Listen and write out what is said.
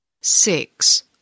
six